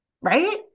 Right